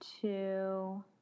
two